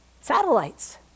satellites